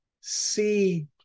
see